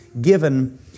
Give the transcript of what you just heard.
given